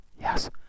yes